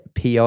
pr